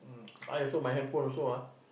I also my handphone also ah